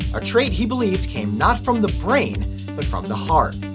a trait he believed came not from the brain but from the heart.